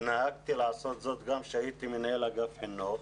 נהגתי לעשות זאת גם כשהייתי מנהל אגף חינוך.